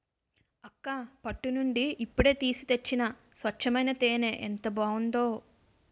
అక్కా పట్టు నుండి ఇప్పుడే తీసి తెచ్చిన స్వచ్చమైన తేనే ఎంత బావుందో